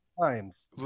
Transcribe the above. times